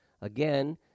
Again